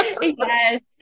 Yes